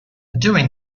doing